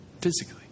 physically